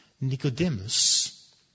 Nicodemus